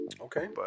Okay